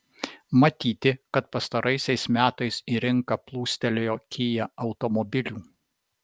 matyti kad pastaraisiais metais į rinką plūstelėjo kia automobilių